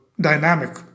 dynamic